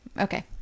Okay